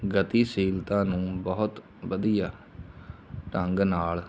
ਗਤੀਸ਼ੀਲਤਾ ਨੂੰ ਬਹੁਤ ਵਧੀਆ ਢੰਗ ਨਾਲ